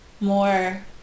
more